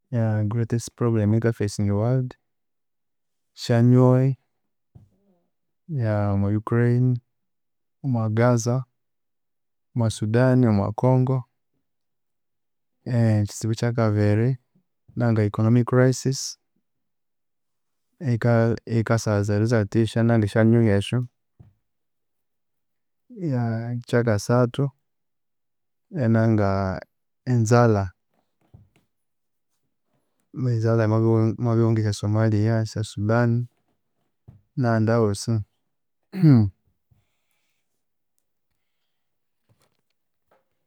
Yeah greatest problem eyikafacinga world syanyuhi, yeah omwa Ukraine, omwa Gaza, omwa Sudan, omwa Congo, ekyitsibu ekyakabiri nanga economic crisis eyika eyikasa as a result eyesya nandi esya nyuhi esyu yeah. Ekyakasathu enanga enzalha mwenzalha mwabihu omwabihughu nge syasomalia, esya sudan nahandi ahosi